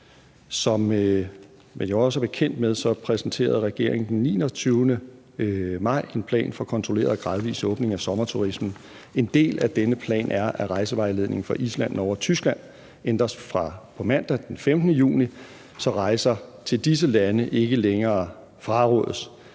man jo også er bekendt med, præsenterede regeringen den 29. maj en plan for kontrolleret og gradvis åbning af sommerturismen. En del af denne plan er, at rejsevejledningen for Island, Norge og Tyskland ændres fra på mandag, den 15. juni, så rejser til disse lande ikke længere frarådes.